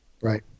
right